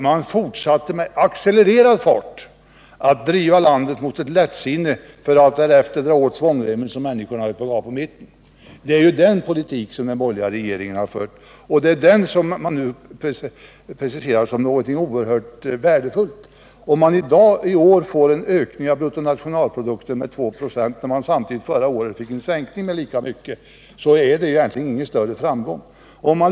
Man fortsatte med accelererad fart den lättsinniga politiken för att sedan dra åt svångremmen, så att människorna höll på att gå av på mitten. Det är ju den politiken som den borgerliga regeringen har fört och som nu presenteras som någonting oerhört värdefullt. Om man i år får en ökning av bruttonationalprodukten med 2 96, efter att förra året har fått en lika stor sänkning, innebär det egentligen inte någon större framgång.